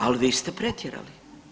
Ali vi ste pretjerali!